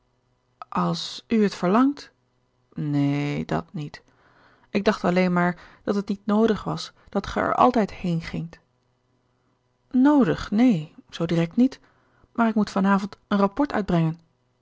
als u het verlangt neen dat niet ik dacht alleen maar dat het niet noodig was dat ge er altijd heengingt noodig neen zoo direct niet maar ik moet van avond een rapport uitbrengen